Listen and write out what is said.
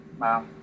Wow